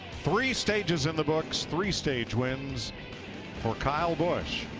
three stages in the books, three stage wins for kyle busch.